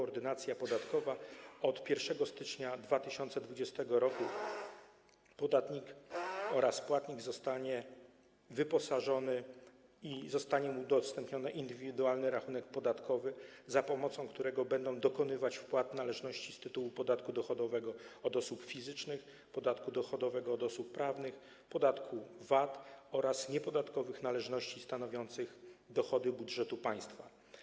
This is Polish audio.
Ordynacja podatkowa od 1 stycznia 2020 r. podatnik oraz płatnik zostaną wyposażeni, zostanie im udostępniony indywidualny rachunek podatkowy, za pomocą którego będą dokonywać wpłat należności z tytułu podatku dochodowego od osób fizycznych, podatku dochodowego od osób prawnych, podatku VAT oraz niepodatkowych należności stanowiących dochody budżetu państwa.